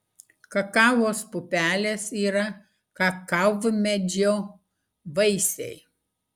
kakavos pupelės yra kakavmedžio vaisiai